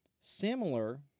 similar